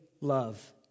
love